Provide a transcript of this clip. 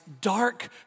dark